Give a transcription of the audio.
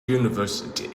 university